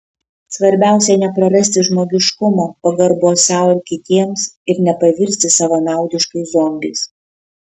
svarbiausia neprarasti žmogiškumo pagarbos sau ir kitiems ir nepavirsti savanaudiškais zombiais